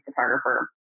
photographer